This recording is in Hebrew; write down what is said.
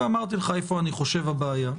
ואמרתי לך איפה אני חושב שהבעיה נמצאת.